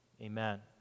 Amen